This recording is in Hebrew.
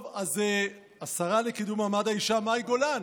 טוב, אז השרה לקידום מעמד האישה מאי גולן,